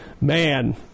Man